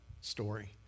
story